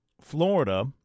Florida